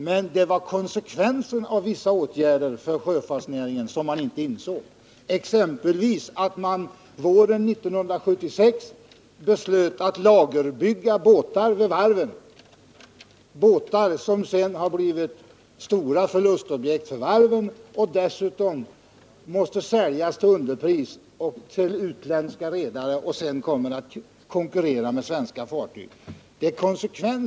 Men man insåg inte konsekvensen för sjöfartsnäringen av vissa åtgärder, exempelvis beslutet våren 1976 om att lagerbygga båtar. Dessa båtar har sedan blivit stora förlustobjekt för varven. Båtarna måste säljas till underpris till utländska redare och kommer sedan att konkurrera med svenska fartyg.